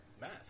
math